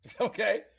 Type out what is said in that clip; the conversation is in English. Okay